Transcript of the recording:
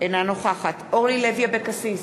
אינה נוכחת אורלי לוי אבקסיס,